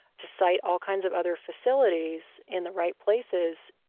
to site all kinds of other facilities in the right places,